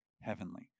heavenly